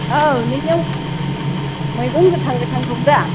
औ नोंनियाव मैगं गोथां गोथां दं दा